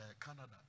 Canada